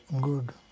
good